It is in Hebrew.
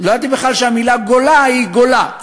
לא ידעתי בכלל שהמילה גולה היא גולה,